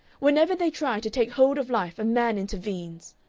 whenever they try to take hold of life a man intervenes.